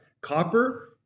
Copper